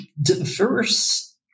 diverse